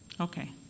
Okay